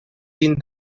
dins